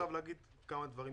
ברשותכם, אני רוצה לומר כמה דברים.